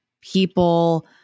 people